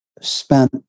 spent